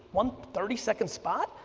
one thirty second spot.